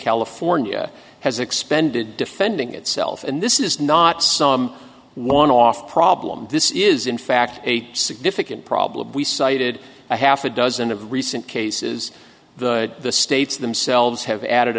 california has expended defending itself and this is not some one off problem this is in fact a significant problem we cited a half a dozen of recent cases the states themselves have added